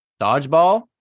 Dodgeball